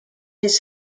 his